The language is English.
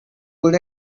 good